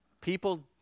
People